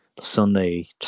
Sunday